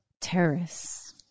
terrorists